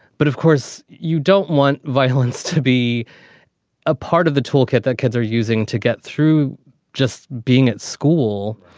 but of course you don't want violence to be a part of the toolkit that kids are using to get through just being at school.